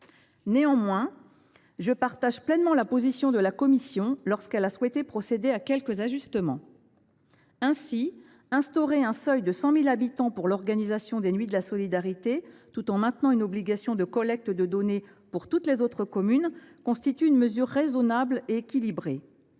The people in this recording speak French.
Néanmoins, je partage pleinement la position de la commission concernant son souhait de procéder à quelques ajustements. Ainsi, instaurer un seuil de 100 000 habitants pour l’organisation des nuits de la solidarité tout en maintenant une obligation de collecte de données pour toutes les communes constitue une mesure raisonnable et équilibrée.